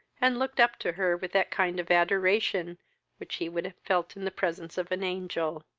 and looked up to her with that kind of adoration which he would have felt in the presence of an angel.